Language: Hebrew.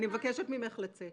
אני מבקשת ממך לצאת.